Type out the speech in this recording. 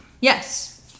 Yes